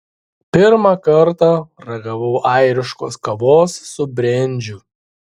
pirmą kartą ragavau airiškos kavos su brendžiu